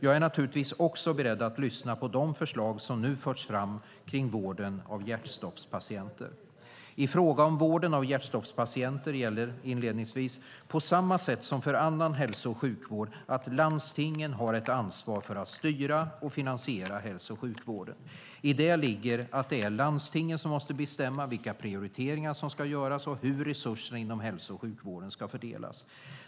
Jag är naturligtvis också beredd att lyssna på de förslag som nu förts fram om vården av hjärtstoppspatienter. I fråga om vården av hjärtstoppspatienter gäller inledningsvis, på samma sätt som för annan hälso och sjukvård, att landstingen har ett ansvar för att styra och finansiera hälso och sjukvården. I det ligger att det är landstingen som måste bestämma vilka prioriteringar som ska göras och hur resurserna inom hälso och sjukvården ska fördelas.